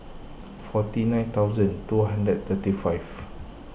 forty nine thousand two hundred twenty five